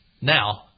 Now